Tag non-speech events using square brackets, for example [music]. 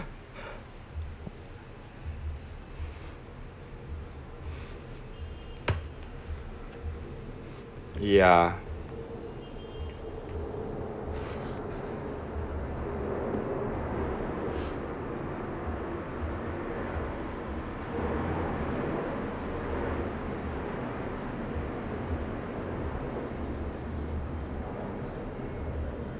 [noise] ya [noise]